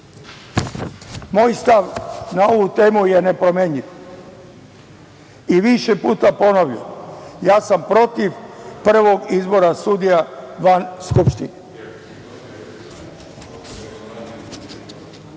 Moj stav na ovu temu je nepromenljiv i više puta ponovljen. Ja sam protiv prvog izbora sudija van Skupštine. Kada